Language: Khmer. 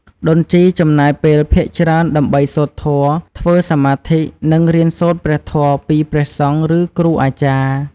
ដូនជីចំណាយពេលភាគច្រើនដើម្បីសូត្រធម៌ ធ្វើសមាធិ និងរៀនសូត្រព្រះធម៌ពីព្រះសង្ឃ ឬគ្រូអាចារ្យ។